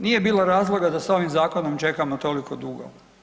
Nije bilo razloga da sa ovim zakonom čekamo toliko dugo.